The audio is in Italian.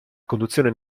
conduzione